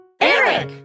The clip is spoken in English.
Eric